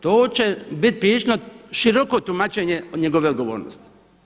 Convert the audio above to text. To će biti prilično široko tumačenje njegove odgovornosti.